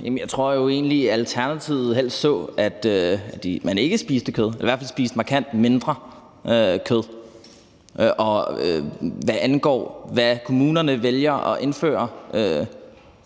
Jeg tror jo egentlig, at Alternativet helst så, at man ikke spiste kød, eller at man i hvert fald spiste markant mindre kød. Og hvad angår, hvad kommunerne vælger at indføre,